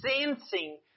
sensing